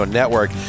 network